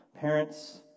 parents